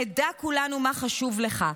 נדע כולנו מה חשוב לך,